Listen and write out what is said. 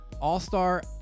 All-star